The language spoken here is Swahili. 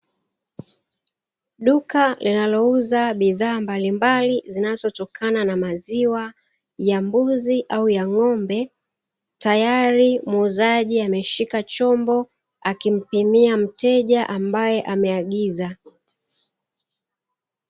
Duka linalouza bidhaa mbalimbali, zinazotokana na maziwa ya mbuzi au ya ng'ombe tayari muuzaji ameshika chombo akimpimia mteja ambaye ameagiza.